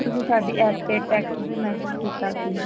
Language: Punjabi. ਤੁਸੀਂ ਸਾਡੀ ਐਪ ਤੇ ਟੈਕਸ ਮੇਸਿਜ ਕੀਤਾ ਸੀ